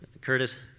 Curtis